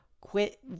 quit